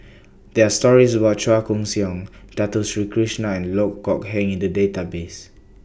There Are stories about Chua Koon Siong Dato Sri Krishna and Loh Kok Heng in The Database